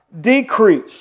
decrease